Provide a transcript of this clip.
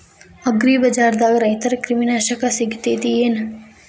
ಅಗ್ರಿಬಜಾರ್ದಾಗ ರೈತರ ಕ್ರಿಮಿ ನಾಶಕ ಸಿಗತೇತಿ ಏನ್?